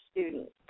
students